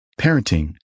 parenting